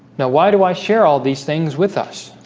now why do i share all these things with us?